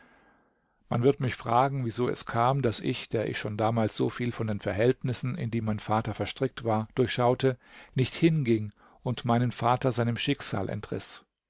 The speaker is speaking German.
man wird mich fragen wieso es kam daß ich der ich schon damals so viel von den verhältnissen in die mein vater verstrickt war durchschaute nicht hinging und meinen vater seinem schicksal entriß